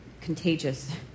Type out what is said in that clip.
contagious